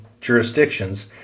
jurisdictions